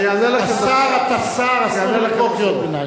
השר, אתה שר, אסור קריאות ביניים.